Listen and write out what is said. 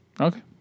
Okay